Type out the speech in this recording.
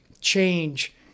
change